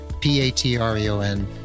P-A-T-R-E-O-N